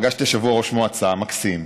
פגשתי השבוע ראש מועצה מקסים,